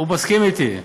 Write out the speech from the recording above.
הוא מסכים איתי.